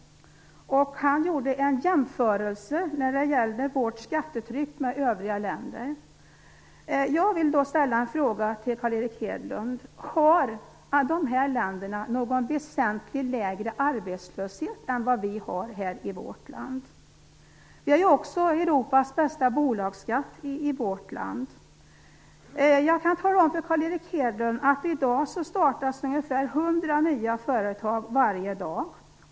Han gjorde en jämförelse mellan vårt skattetryck och det i övriga länder. Jag vill då ställa en fråga till Carl Erik Hedlund: Har dessa länder en väsentligt lägre arbetslöshet än vi har? Vi har Europas bästa bolagsskatt i vårt land. Jag kan tala om för Carl Erik Hedlund att det i dag startas ungefär hundra nya företag varje dag.